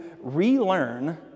relearn